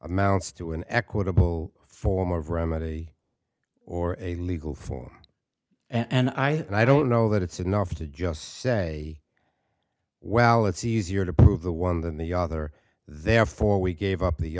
amounts to an equitable form of remedy or a legal form and i and i don't know that it's enough to just say well it's easier to prove the one than the other therefore we gave up